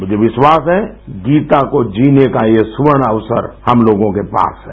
मुझे विश्वास है गीता को जीने का ये स्वर्ण अवसर हम लोगों के पास है